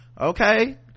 okay